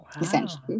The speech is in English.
Essentially